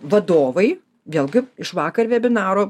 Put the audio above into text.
vadovai vėlgi iš vakar vebinaro